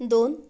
दोन